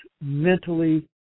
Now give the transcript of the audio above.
mentally